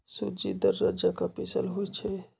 सूज़्ज़ी दर्रा जका पिसल होइ छइ